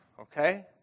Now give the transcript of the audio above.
okay